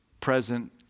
present